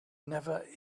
never